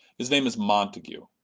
his name is montague.